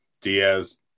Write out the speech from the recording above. Diaz